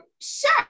sure